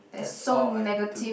that's all I do